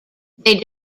they